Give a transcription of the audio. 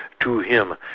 to him.